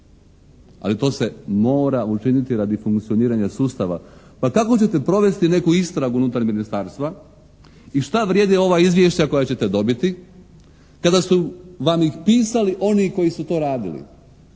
Ali to se mora učiniti radi funkcioniranja sustava. Pa kako ćete provesti neku istragu unutar ministarstva? I šta vrijede ova izvješća koja ćete dobiti kada su vam ih pisali oni koji su to radili.